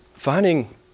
Finding